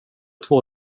två